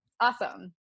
awesome